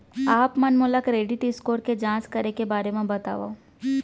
आप मन मोला क्रेडिट स्कोर के जाँच करे के बारे म बतावव?